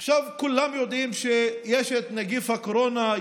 עכשיו כולם יודעים שיש את נגיף הקורונה,